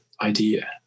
idea